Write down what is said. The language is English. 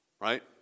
Right